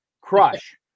crush